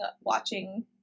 watching